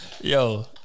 Yo